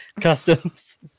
customs